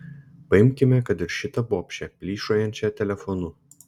paimkime kad ir šitą bobšę plyšojančią telefonu